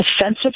offensive